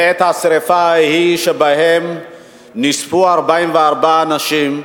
בעת השרפה ההיא שבה נספו 44 אנשים,